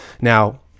Now